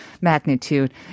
magnitude